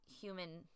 human